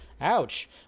ouch